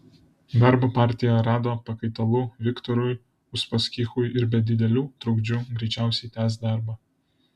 darbo partija rado pakaitalų viktorui uspaskichui ir be didelių trukdžių greičiausiai tęs darbą